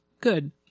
good